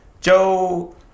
Joe